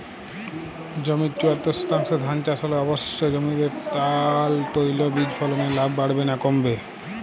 জমির চুয়াত্তর শতাংশে ধান চাষ হলে অবশিষ্ট জমিতে ডাল তৈল বীজ ফলনে লাভ বাড়বে না কমবে?